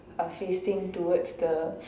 are facing towards the